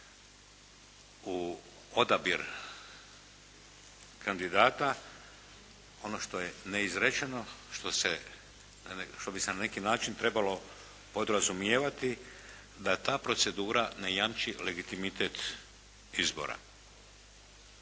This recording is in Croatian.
u odabir kandidata, ono što je neizrečeno, što bi se na neki način trebalo podrazumijevati da ta procedura ne jamči legitimitet izbora.